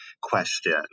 question